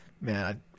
Man